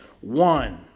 One